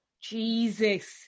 Jesus